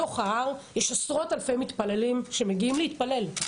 בתוך ההר יש עשרות אלפי מתפללים שמגיעים להתפלל,